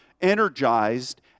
energized